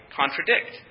contradict